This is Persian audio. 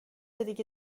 دیگه